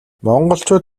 монголчууд